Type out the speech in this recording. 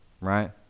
right